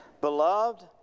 Beloved